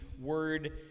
word